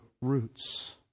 roots